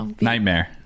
Nightmare